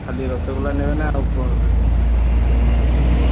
ଖାଲି ରସଗୋଲା ନେବେ ନା ଆଉ କ'ଣ ମିଠା ନେବେ